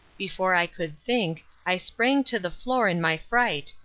before i could think, i sprang to the floor in my fright,